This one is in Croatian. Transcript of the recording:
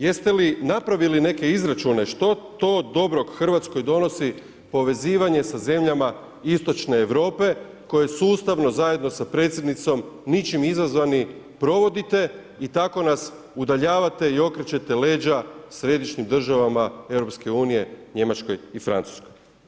Jeste li napravili neke izračune što to dobro Hrvatskoj donosi povezivanje sa zemljama istočne Europe koje sustavno zajedno sa predsjednicom, ničim izazvani, provodite i tako nas udaljavate i okrećete leđa središnjim državama EU, Njemačkoj i Francuskoj?